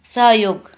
सहयोग